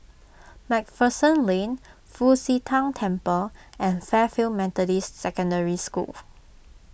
MacPherson Lane Fu Xi Tang Temple and Fairfield Methodist Secondary School